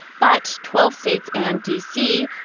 but twelve states and d c.